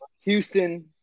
Houston